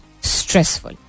stressful